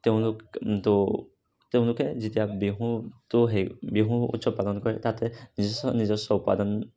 তেওঁলোক তো তেঁওলোকে যেতিয়া বিহুটো সেই বিহু উৎসৱ পালন কৰে তাতে নিজস্ব উপাদান দেখে